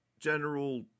general